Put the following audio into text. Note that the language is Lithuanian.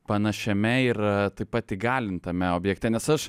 panašiame ir taip pat įgalintame objekte nes aš